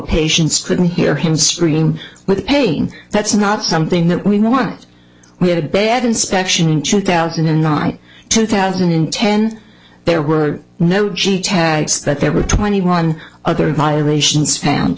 patients couldn't hear him scream with pain that's not something that we want we had a bad inspection in two thousand and nine two thousand and ten there were no g tags that there were twenty one other violations found